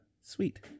sweet